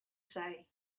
say